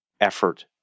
effort